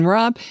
Rob